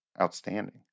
outstanding